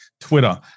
Twitter